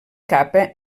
capa